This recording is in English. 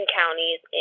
counties